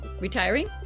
retiring